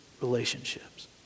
relationships